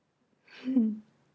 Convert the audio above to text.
hmm